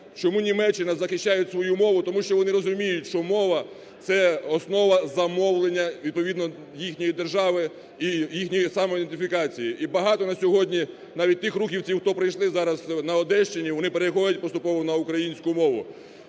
чому Німеччина захищають свою мову? Тому що вони розуміють, що мова – це основа замовлення відповідно їхньої держави і їхньої самоідентифікації. І багато на сьогодні навіть тих рухівців, хто прийшли зараз на Одещині, вони переходять поступово на українську мову.